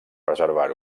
preservar